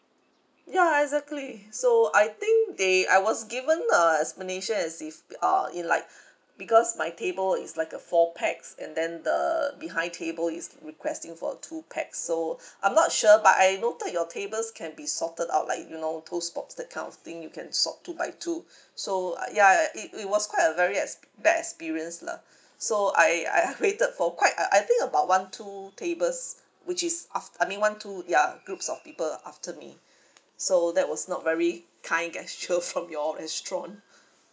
ya exactly so I think they I was given a explanation as if uh in like because my table is like a four pax and then the behind table is requesting for two pax so I'm not sure but I noted your tables can be sorted out like you know two spots that kind of thing you can sort two by two so uh ya it it was quite a very ex~ bad experience lah so I I have waited for quite I I think about one two tables which is aft~ I mean one two ya groups of people after me so that was not very kind gesture from your restaurant